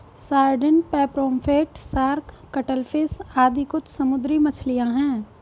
sardine, pomfret, shark, cuttlefish आदि कुछ समुद्री मछलियाँ हैं